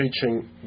teaching